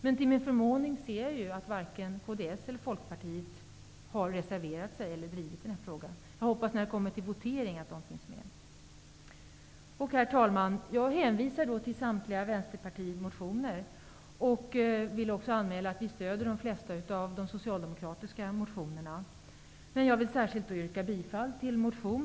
Men till min förvåning ser jag att varken kds eller Folkpartiet har reserverat sig eller drivit den här frågan. Jag hoppas att dessa partier är med när det blir dags för votering. Herr talman! Jag hänvisar till samtliga motioner från Vänsterpartiet och vill också anmäla att vi stöder de flesta av de socialdemokratiska motionerna. Jag vill särskilt yrka bifall till motion